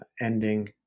ending